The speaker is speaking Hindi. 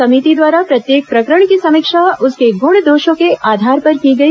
समिति द्वारा प्रत्येक प्रकरण की समीक्षा उसके गुण दोषों के आधार पर की गई